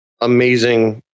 amazing